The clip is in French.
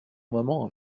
maman